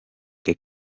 que